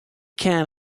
can